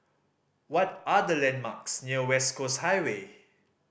what are the landmarks near West Coast Highway